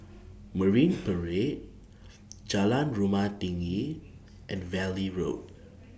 Marine Parade Jalan Rumah Tinggi and Valley Road